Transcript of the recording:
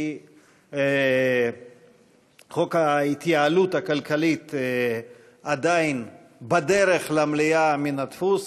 כי חוק ההתייעלות הכלכלית עדיין בדרך למליאה מן הדפוס,